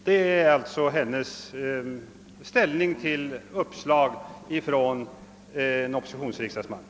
Det är alltså hennes inställning till uppslag från en riksdagsman i ett oppositionsparti.